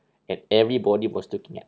and everybody was looking at